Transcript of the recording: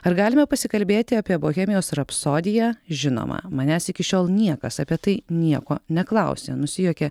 ar galime pasikalbėti apie bohemijos rapsodiją žinoma manęs iki šiol niekas apie tai nieko neklausė nusijuokė